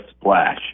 splash